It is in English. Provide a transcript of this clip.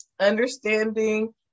understanding